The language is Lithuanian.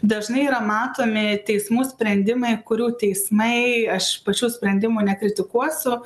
dažnai yra matomi teismų sprendimai kurių teismai aš pačių sprendimų nekritikuosiu